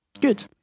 Good